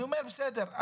בסדר,